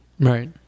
Right